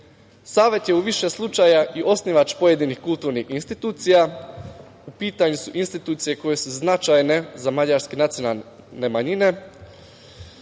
Savet je u više slučaja i osnivač pojedinih kulturnih institucija. U pitanju su institucije koje su značajne za mađarske nacionalne manjine.